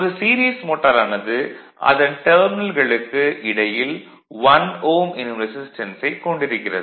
ஒரு சீரிஸ் மோட்டாரானது அதன் டெர்மினல்களுக்கு இடையில் 1Ω எனும் ரெசிஸ்டன்ஸைக் கொண்டிருக்கிறது